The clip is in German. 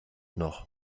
noch